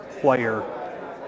player